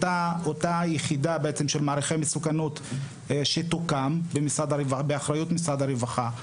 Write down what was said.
אותה יחידה של מעריכי מסוכנות שתוקם באחריות משרד הרווחה,